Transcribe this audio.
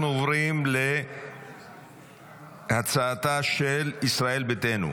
אנחנו עוברים להצעתה של ישראל ביתנו.